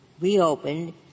reopened